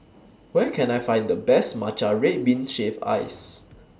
Where Can I Find The Best Matcha Red Bean Shaved Ice